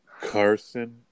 Carson